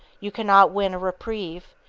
you cannot win a reprieve,